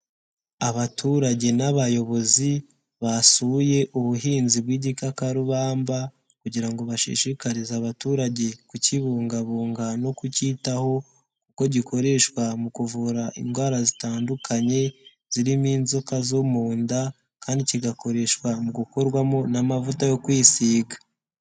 Abaturage n'abayobozi basuye ubuhinzi bw'igikakarubamba kugira ngo bashishikarize abaturage kukibungabunga no kucyitaho kuko gikoreshwa mu kuvura indwara zitandukanye zirimo inzoka zo mu nda kandi kigakoreshwa mu gukorwamo n'amavuta yo kwisiga.